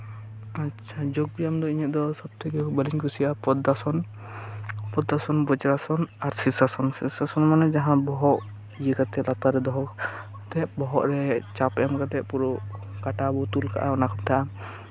ᱟᱪᱪᱷᱟ ᱡᱳᱜᱽ ᱵᱮᱭᱟᱢ ᱫᱚ ᱤᱧᱟᱹᱜ ᱫᱚ ᱥᱚᱵ ᱛᱷᱮᱠᱮ ᱵᱷᱟᱜᱮᱧ ᱠᱩᱥᱤᱭᱟᱜᱼᱟ ᱯᱚᱫᱽᱫᱟᱥᱚᱱ ᱵᱚᱡᱨᱟᱥᱚᱱ ᱟᱨ ᱥᱤᱨᱥᱟᱥᱚᱱ ᱥᱤᱨᱥᱟᱥᱚᱱ ᱢᱟᱱᱮ ᱡᱟᱦᱟᱸ ᱵᱚᱦᱚᱜ ᱞᱟᱛᱟᱨ ᱨᱮ ᱫᱚᱦᱚ ᱠᱟᱛᱮ ᱵᱚᱦᱚᱜ ᱨᱮ ᱪᱟᱯ ᱮᱢ ᱠᱟᱛᱮ ᱠᱟᱴᱟ ᱠᱚ ᱛᱩᱞ ᱠᱟᱜᱼᱟ ᱚᱱᱟ ᱠᱚ ᱢᱮᱛᱟᱜᱼᱟ